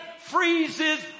freezes